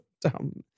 dumb